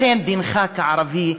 לכן דינך כערבי,